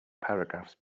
paragraphs